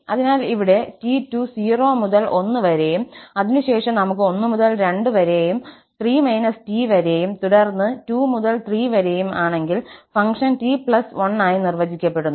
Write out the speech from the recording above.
അതിനാൽ ഇവിടെ t2 0 മുതൽ 1 വരെയും അതിനുശേഷം നമുക്ക് 1 മുതൽ 2 വരെയും 3 t വരെയും തുടർന്ന് 2 മുതൽ 3 വരെയും ആണെങ്കിൽ ഫംഗ്ഷൻ t 1 ആയി നിർവചിക്കപ്പെടുന്നു